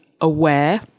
aware